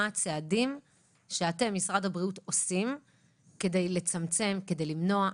מה הצעדים שמשרד הבריאות עושים כדי לצמצם ולמנוע.